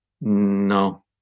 No